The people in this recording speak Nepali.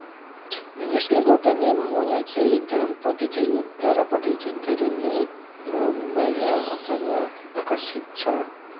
यसले गर्दा नै मलाई चाहिँ घाम प्रति चाहिँ यो तारापट्टि चाहिँ धेरै नै माया अथवा आकर्षित छ